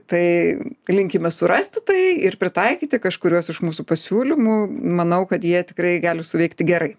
tai linkime surasti tai ir pritaikyti kažkuriuos iš mūsų pasiūlymų manau kad jie tikrai gali suveikti gerai